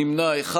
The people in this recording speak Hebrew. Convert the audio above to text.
נמנע אחד.